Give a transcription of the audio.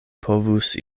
povus